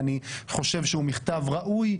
ואני חושב שהוא מכתב ראוי,